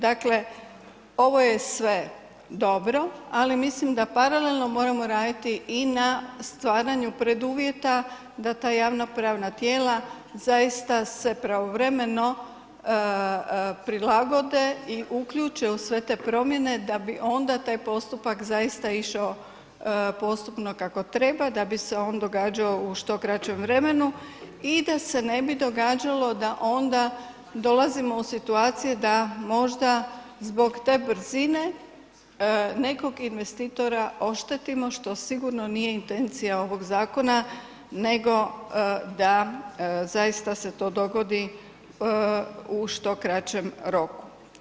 Dakle ovo je sve dobro ali mislim da paralelno moramo raditi i na stvaranju preduvjeta da ta javno pravna tijela zaista se pravovremeno prilagode i uključe u sve te promjene da bi onda taj postupak zaista išao postupno kako treba, da bi se on događao u što kraćem vremenu i da se ne bi događalo da onda dolazimo u situacije da možda zbog te brzine nekog investitora oštetimo što sigurno nije intencija ovog zakona nego da zaista se to dogodi u što kraćem roku.